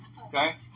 Okay